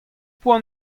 poan